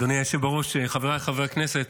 אדוני היושב בראש, חבריי חברי הכנסת,